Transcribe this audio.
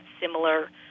similar